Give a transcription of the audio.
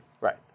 Right